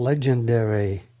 Legendary